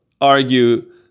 argue